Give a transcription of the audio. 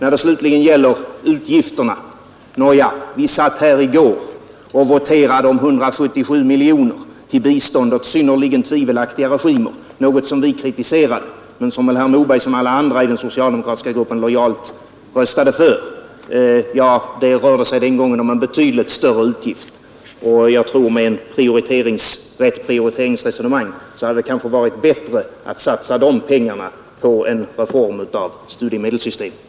I vad slutligen gäller utgifterna vill jag påminna om att kammaren i går voterade igenom 177 miljoner kronor i bistånd till synnerligen tvivelaktiga regimer — något som vi kritiserade men som väl herr Moberg liksom alla andra i den socialdemokratiska gruppen lojalt röstade för. Det rörde sig den gången om en betydligt större utgift. Jag tror att det — med rätt prioriteringsresonemang — hade varit bättre att satsa de pengarna på en reform av studiemedelssystemet.